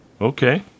Okay